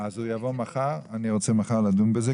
אני רוצה לדון בזה מחר,